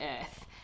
earth